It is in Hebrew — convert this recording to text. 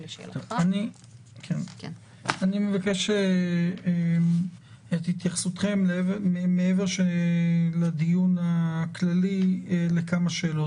אני מבקש את התייחסותכם מעבר לדיון הכללי לכמה שאלות.